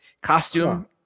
costume